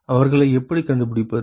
அவர்களை எப்படி கண்டுபிடிப்பது